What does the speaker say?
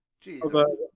Jesus